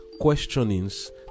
questionings